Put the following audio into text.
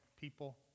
people